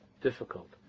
difficult